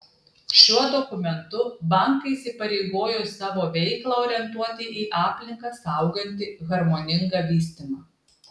šiuo dokumentu bankai įsipareigojo savo veiklą orientuoti į aplinką saugantį harmoningą vystymą